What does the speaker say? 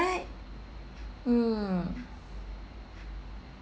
hmm